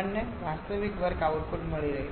અમને વાસ્તવિક work output મળી રહ્યું છે